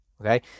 okay